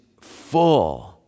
full